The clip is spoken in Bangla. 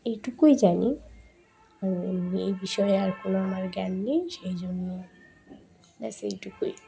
এইটুকুই জানি আর এমনি এই বিষয়ে আর কোনো আমার জ্ঞান নেই সেই জন্য ব্যাস এইটুকুই